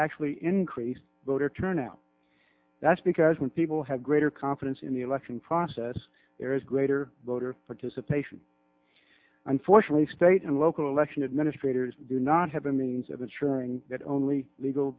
actually increased voter turnout that's because when people have greater confidence in the election process there is greater voter participation unfortunately state and local election administrators do not have a means of ensuring that only legal